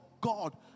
God